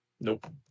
Nope